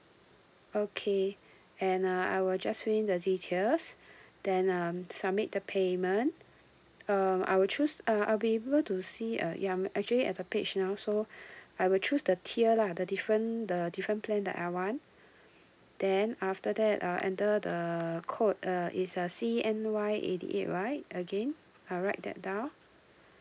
okay and uh I will just fill in the details then um submit the payment uh I will choose uh I'll be able to see uh ya I'm actually at the page now so I will choose the tier lah the different the different plan that I want then after that uh enter the code uh is uh C_N_Y eighty eight right again I write that down